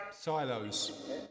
silos